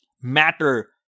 matter